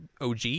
OG